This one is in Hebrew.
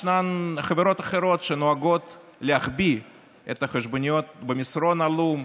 ישנן חברות אחרות שנוהגות להחביא את החשבוניות במסרון עלום,